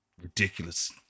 ridiculous